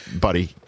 buddy